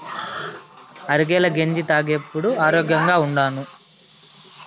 అరికెల గెంజి తాగేప్పుడే ఆరోగ్యంగా ఉండాను